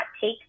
take